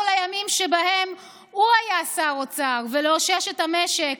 לימים שבהם הוא היה שר אוצר ולאושש את המשק,